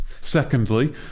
Secondly